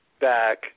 back